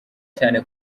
cyane